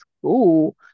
school